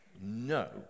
no